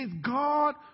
God